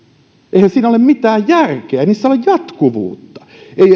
eihän siinä ole mitään järkeä ei niissä ole jatkuvuutta